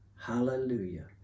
Hallelujah